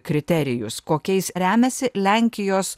kriterijus kokiais remiasi lenkijos